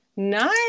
nice